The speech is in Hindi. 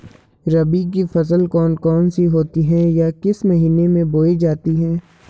रबी की फसल कौन कौन सी होती हैं या किस महीने में बोई जाती हैं?